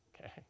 Okay